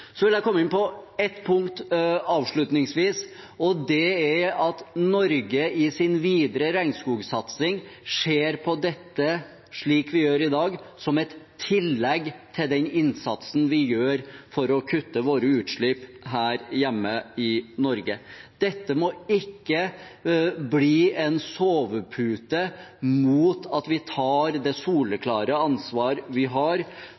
Så vil jeg komme inn på ett punkt avslutningsvis, og det er at Norge i sin videre regnskogsatsing ser på dette, slik vi gjør i dag, som et tillegg til den innsatsen vi gjør for å kutte våre utslipp her hjemme i Norge. Dette må ikke bli en sovepute for oss mot å ta det soleklare ansvar vi har